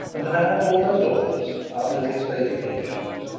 and have, almost all of us, our little state occasions.